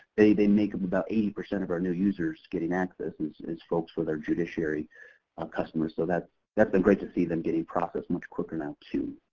they they make them about eighty percent of our new users getting access is is folks with their judiciary customer. so that's that's been great to see them getting processed and moved quicker now too.